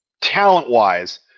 talent-wise